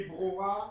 והיא ברורה,